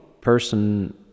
person